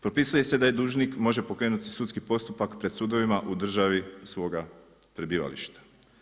Propisuje se i da dužnik može pokrenuti sudski postupak pred sudovima u državi svoga prebivališta.